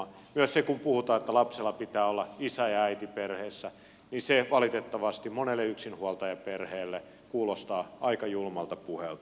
myös se kun puhutaan että lapsella pitää olla isä ja äiti perheessä valitettavasti monelle yksinhuoltajaperheelle kuulostaa aika julmalta puheelta